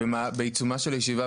בעיצומה של הישיבה,